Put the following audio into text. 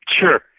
Sure